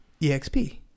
eXp